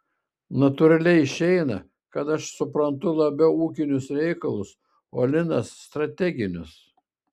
natūraliai išeina kad aš suprantu labiau ūkinius reikalus o linas strateginius